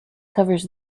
covers